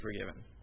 forgiven